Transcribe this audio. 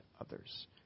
others